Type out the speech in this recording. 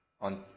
on